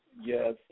Yes